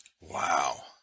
Wow